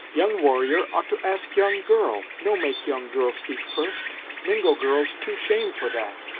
young warrior ought to ask young girl, no make young girl speak first. mingo girls too shame for that.